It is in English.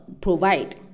provide